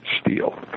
steel